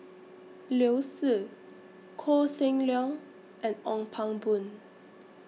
Liu Si Koh Seng Leong and Ong Pang Boon